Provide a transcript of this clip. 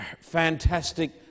fantastic